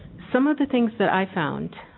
some of the things that i found